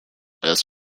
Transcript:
best